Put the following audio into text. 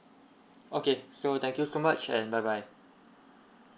okay so thank you so much and bye bye